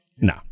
No